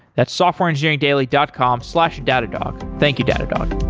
that's softwareengineeringdaily dot com slash datadog. thank you, datadog